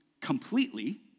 completely